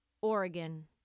Oregon